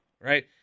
Right